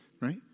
right